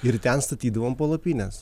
ir ten statydavom palapines